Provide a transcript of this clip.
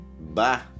Bye